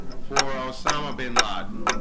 for osama bin laden